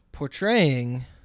Portraying